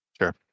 Sure